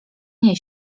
nie